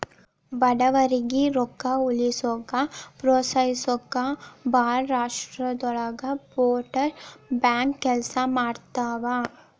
ಬಡವರಿಗಿ ರೊಕ್ಕ ಉಳಿಸೋಕ ಪ್ರೋತ್ಸಹಿಸೊಕ ಭಾಳ್ ರಾಷ್ಟ್ರದೊಳಗ ಪೋಸ್ಟಲ್ ಬ್ಯಾಂಕ್ ಕೆಲ್ಸ ಮಾಡ್ತವಾ